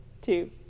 two